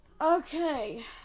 Okay